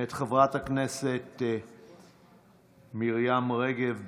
מאת חברת הכנסת מרים רגב.